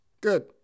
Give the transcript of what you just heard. Good